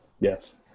Yes